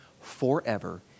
forever